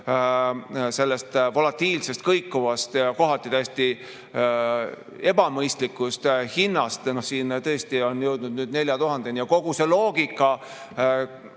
sellest volatiilsest, kõikuvast ja kohati täiesti ebamõistlikust hinnast. See tõesti on jõudnud ka 4000 [euroni] ja kogu see loogika